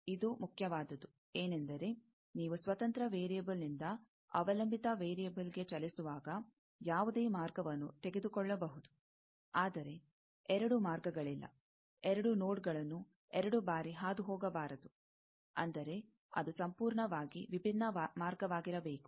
ಇದು ಮುಖ್ಯವಾದುದು ಏನೆಂದರೆ ನೀವು ಸ್ವತಂತ್ರ ವೇರಿಯೆಬಲ್ನಿಂದ ಅವಲಂಬಿತ ವೇರಿಯೆಬಲ್ಗೆ ಚಲಿಸುವಾಗ ಯಾವುದೇ ಮಾರ್ಗವನ್ನು ತೆಗೆದುಕೊಳ್ಳಬಹುದು ಆದರೆ ಎರಡು ಮಾರ್ಗಗಳಿಲ್ಲ ಎರಡು ನೋಡ್ ಗಳನ್ನು ಎರಡು ಬಾರಿ ಹಾದುಹೋಗಬಾರದು ಅಂದರೆ ಅದು ಸಂಪೂರ್ಣವಾಗಿ ವಿಭಿನ್ನ ಮಾರ್ಗವಾಗಿರಬೇಕು